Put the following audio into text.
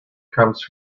comes